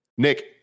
Nick